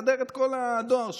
תסדר את כל הדואר שקיבלת.